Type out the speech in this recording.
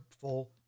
full